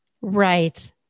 Right